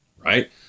Right